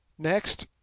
next,